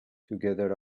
together